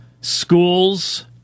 schools